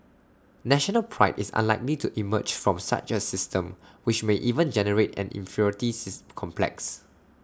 national Pride is unlikely to emerge from such A system which may even generate an inferiority six complex